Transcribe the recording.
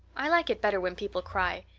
i like it better when people cry.